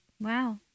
wow